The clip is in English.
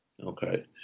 Okay